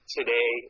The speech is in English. today